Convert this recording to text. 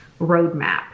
roadmap